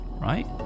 right